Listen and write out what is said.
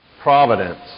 providence